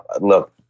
look